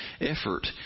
effort